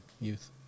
youth